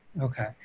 Okay